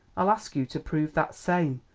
i'll ask you to prove that same.